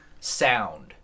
sound